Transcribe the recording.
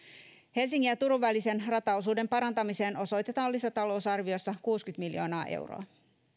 helsingin ja turun välisen rataosuuden parantamiseen osoitetaan lisätalousarviossa kuusikymmentä miljoonaa euroa